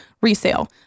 resale